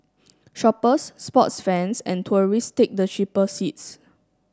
shoppers sports fans and tourists take the cheaper seats